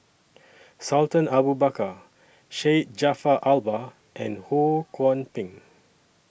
Sultan Abu Bakar Syed Jaafar Albar and Ho Kwon Ping